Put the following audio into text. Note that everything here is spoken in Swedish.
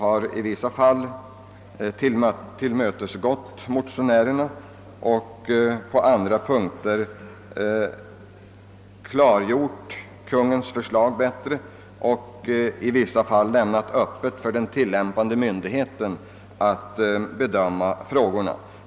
På vissa punkter har man tillmötesgått motionärerna och på andra punkter klargörs Kungl. Maj:ts förslag. I andra fall åter har det överlämnats till den tillämpande myndigheten att bedöma frågorna.